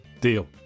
Deal